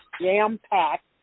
jam-packed